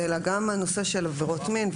אלא גם הנושא של עבירות מין,